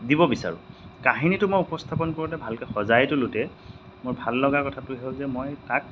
দিব বিচাৰোঁ কাহিনীটো মই উপস্থাপন কৰোঁতে ভালকৈ সজাই তোলোতে মোৰ ভাল লগা কথাটোৱে হ'ল যে মই তাক